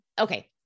Okay